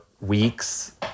weeks